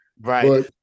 Right